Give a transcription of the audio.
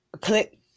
click